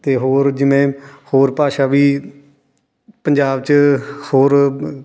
ਅਤੇ ਹੋਰ ਜਿਵੇਂ ਹੋਰ ਭਾਸ਼ਾ ਵੀ ਪੰਜਾਬ 'ਚ ਹੋਰ